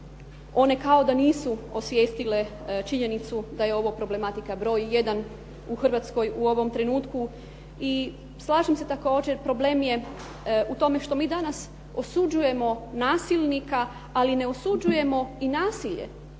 One kao da nisu osvijestile činjenicu da je ovo problematika broj jedan u Hrvatskoj u ovom trenutku. I slažem se također problem je u tome što mi danas osuđujemo nasilnika, ali ne osuđujemo i nasilje